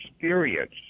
experience